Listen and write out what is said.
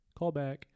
Callback